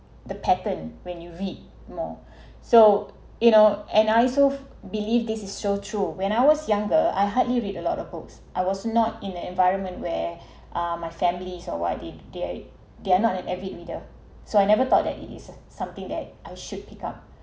the pattern when you read more so you know and I also believe this is so true when I was younger I hardly read a lot of books I was not in an environment where uh my families all why they they they are not an avid reader so I never thought that it is something that I should pick up